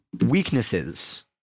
weaknesses